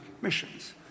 missions